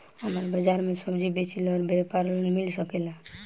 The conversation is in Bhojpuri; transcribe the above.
हमर बाजार मे सब्जी बेचिला और व्यापार लोन मिल सकेला?